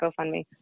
GoFundMe